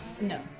No